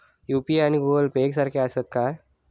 UPI आणि Google Pay एक सारख्याच आसा?